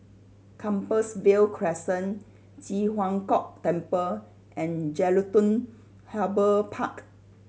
Compassvale Crescent Ji Huang Kok Temple and Jelutung Harbour Park